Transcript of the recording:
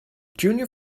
junior